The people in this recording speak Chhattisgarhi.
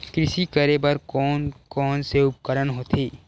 कृषि करेबर कोन कौन से उपकरण होथे?